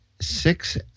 six